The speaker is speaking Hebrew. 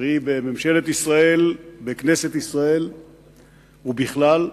קרי בממשלת ישראל, בכנסת ישראל ובכלל,